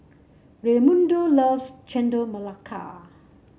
Raymundo loves Chendol Melaka